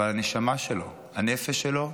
אבל הנשמה שלו, הנפש שלו,